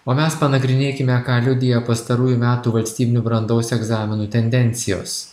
o mes panagrinėkime ką liudija pastarųjų metų valstybinių brandos egzaminų tendencijos